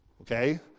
Okay